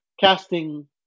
casting